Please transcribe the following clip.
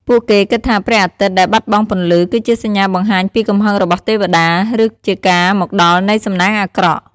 ពួកគេគិតថាព្រះអាទិត្យដែលបាត់បង់ពន្លឺ គឺជាសញ្ញាបង្ហាញពីកំហឹងរបស់ទេវតា ឬជាការមកដល់នៃសំណាងអាក្រក់។